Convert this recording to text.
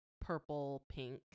purple-pink